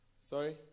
Sorry